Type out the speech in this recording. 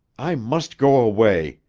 i must go away.